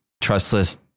trustless